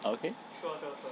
karaoke